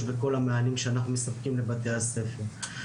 בכל המענים שאנחנו מספקים לבתי הספר.